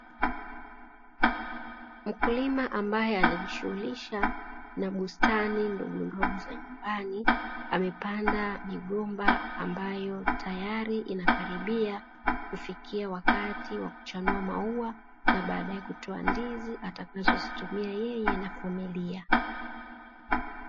Mkulima ambaye anajishughulisha na bustani ndogondogo za nyumbani, amepanda migomba ambayo tayari inakaribia kufikia wakati wa kuchanua maua na baadae kutoa ndizi atakazozitumia yeye na familia.